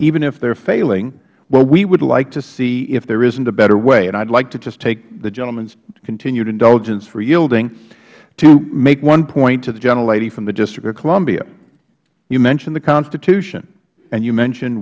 even if they are failing while we would like to see if there isn't a better way and i would like to just take the gentleman's continued indulgence for yielding to make one point to the gentlelady from the district of columbia you mentioned the constitution and you mentioned